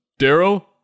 Daryl